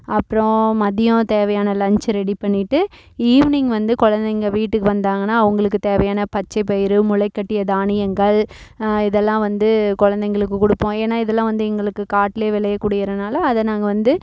அப்றம் மதியம் தேவையான லஞ்ச் ரெடி பண்ணிட்டு ஈவினிங் வந்து குழந்தைங்க வீட்டுக்கு வந்தாங்கன்னா அவங்களுக்கு தேவையான பச்சைப்பயிறு முளைக்கட்டிய தானியங்கள் இதெல்லாம் வந்து குழந்தைங்களுக்கு கொடுப்போம் ஏன்னா இதெலாம் வந்து எங்களுக்கு காட்டில் விளையக்கூடியறதுனால அதை நாங்கள் வந்து